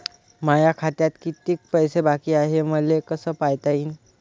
माया खात्यात कितीक पैसे बाकी हाय हे मले कस पायता येईन?